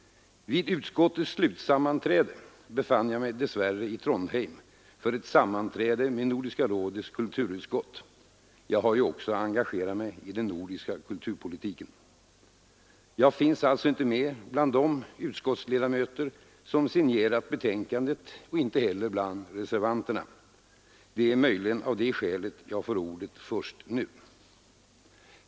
Vid utskottets slutsammanträde befann jag mig dess värre i Trondheim för ett sammanträde med Nordiska rådets kulturutskott — jag har ju också engagerat mig i den nordiska kulturpolitiken. Jag finns alltså inte med bland de utskottsledamöter som signerat betänkandet och inte heller bland reservanterna. Det är möjligen av detta skäl jag får ordet först nu.